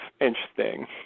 interesting